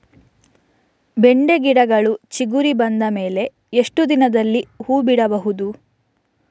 ಬೆಂಡೆ ಗಿಡಗಳು ಚಿಗುರು ಬಂದ ಮೇಲೆ ಎಷ್ಟು ದಿನದಲ್ಲಿ ಹೂ ಬಿಡಬಹುದು?